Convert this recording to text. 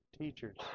teachers